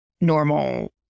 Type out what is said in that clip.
normal